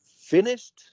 finished